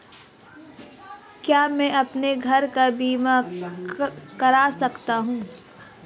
क्या मैं अपने घर का बीमा करा सकता हूँ?